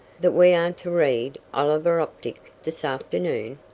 that we are to read oliver optic this afternoon?